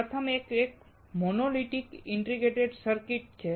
પ્રથમ એક એ મોનોલિથિક ઇન્ટિગ્રેટેડ સર્કિટ્સ છે